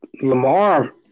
Lamar